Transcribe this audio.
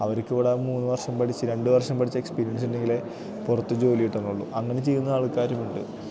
അവർക്കിവിടെ മൂന്നു വർഷം പഠിച്ച് രണ്ടു വർഷം പഠിച്ച് എക്സ്പീരിയൻസ് ഉണ്ടെങ്കിലേ പുറത്ത് ജോലി കിട്ടുന്നുള്ളൂ അങ്ങനെ ചെയ്യുന്ന ആൾക്കാരുമുണ്ട്